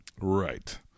Right